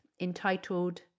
entitled